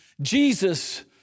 Jesus